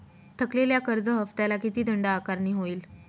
थकलेल्या कर्ज हफ्त्याला किती दंड आकारणी होईल?